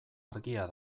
argia